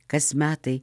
kas metai